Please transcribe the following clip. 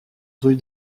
rue